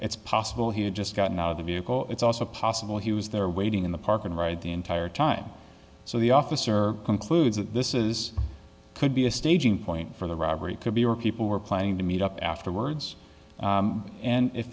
it's possible he had just gotten out of the vehicle it's also possible he was there waiting in the park and ride the entire time so the officer concludes that this is could be a staging point for the robbery could be or people were planning to meet up afterwards and if